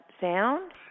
sound